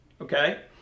Okay